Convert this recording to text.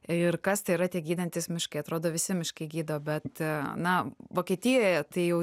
ir kas tai yra tie gydantys miškai atrodo visi miškai gydo bet na vokietijoje tai jau